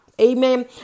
Amen